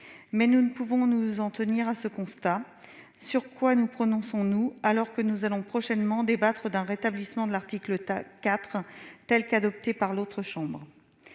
nous ne pouvons nous en tenir à ce constat. Sur quoi nous prononçons-nous, alors que nous allons prochainement débattre d'un rétablissement de l'article 4 tel qu'adopté par l'Assemblée